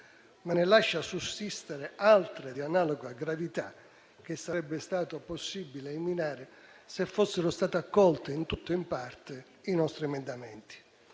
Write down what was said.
ma ne lascia sussistere altre, di analoga gravità, che sarebbe stato possibile eliminare, se fossero state accolti, in tutto o in parte, i nostri emendamenti.